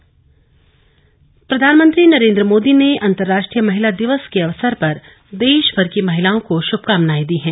PM संदेश प्रधानमंत्री नरेन्द्र मोदी ने अंतर्राष्ट्रीय महिला दिवस के अवसर पर देश भर की महिलाओं को श्रभकामनाएं दी हैं